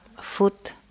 foot